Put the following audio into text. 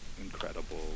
incredible